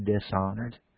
dishonored